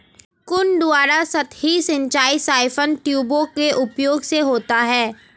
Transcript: कुंड द्वारा सतही सिंचाई साइफन ट्यूबों के उपयोग से होता है